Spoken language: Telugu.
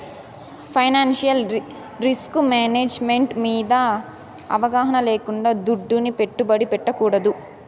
ఫైనాన్సియల్ రిస్కుమేనేజ్ మెంటు మింద అవగాహన లేకుండా దుడ్డుని పెట్టుబడి పెట్టకూడదు